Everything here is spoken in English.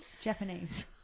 Japanese